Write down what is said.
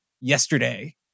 yesterday